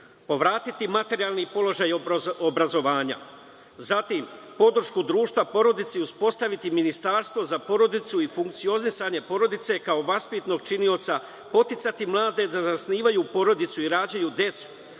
povratiti materijalni položaj obrazovanja, zatim, podršku društva porodici i uspostaviti Ministarstvo za porodicu i funkcionisanje porodice kao vaspitnog činioca, podsticati mlade da zasnivaju porodice, rađaju decu